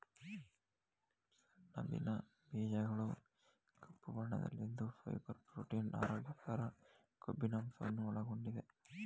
ಸಣಬಿನ ಬೀಜಗಳು ಕಪ್ಪು ಬಣ್ಣದಲ್ಲಿದ್ದು ಫೈಬರ್, ಪ್ರೋಟೀನ್, ಆರೋಗ್ಯಕರ ಕೊಬ್ಬಿನಂಶವನ್ನು ಒಳಗೊಂಡಿದೆ